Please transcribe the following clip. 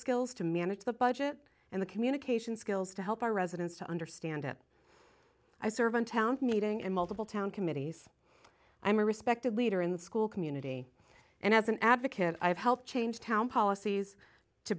skills to manage the budget and the communication skills to help our residents to understand it i serve on town meeting and multiple town committees i'm a respected leader in the school community and as an advocate i've helped change how policies to